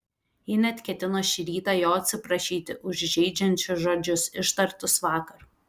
ji net ketino šį rytą jo atsiprašyti už žeidžiančius žodžius ištartus vakar